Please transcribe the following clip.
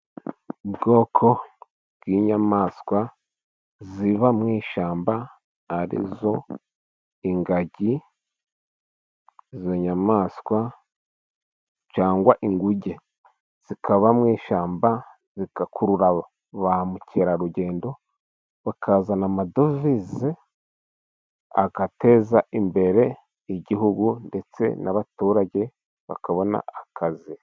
Ubwoko bw'inyamaswa ziba mu ishyamba ari zo ingagi , izo nyamaswa cyangwa inguge zikaba mu ishyamba, zigakurura ba mukerarugendo bakazana amadovize, agateza imbere igihugu ndetse n'abaturage bakabona akazi.